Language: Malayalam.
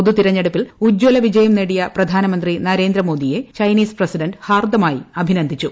പൊതു തെരഞ്ഞെടുപ്പിൽ ഉജ്ജ്വല വിജയം നേടിയ പ്രധാനമന്ത്രി നരേന്ദ്രമോദിയെ ചൈനീസ് പ്രസിഡന്റ് ഹാർദ്ദമായി അഭിനന്ദിച്ചു